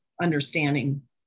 understanding